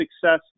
Success